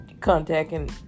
contacting